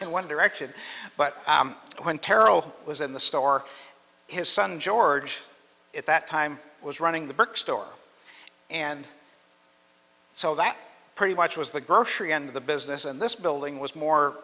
in one direction but when terrell was in the store his son george at that time was running the bookstore and so that pretty much was the grocery end of the business and this building was more